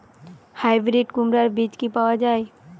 Hybrid কুমড়ার বীজ কি পাওয়া য়ায়?